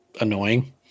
annoying